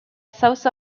south